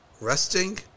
resting